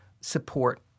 support